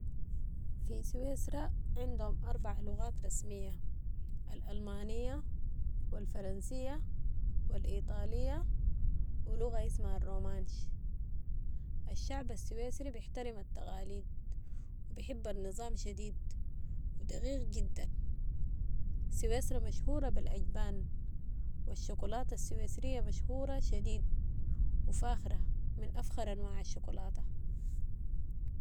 في سويسرا عندهم اربع لغات رسمية، ال المانية و الفرنسية و الإيطالية و لغة اسمها الرومانش. الشعب السويسري بحترم التقاليد و بحب النظام شديد و دقيق جدا. سويسرا مشهورة بالاجبان و الشوكولاتة السويسرية مشهورة شديد و فاخرة، من افخر انواع الشكلاتة.